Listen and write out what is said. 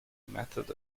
method